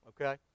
Okay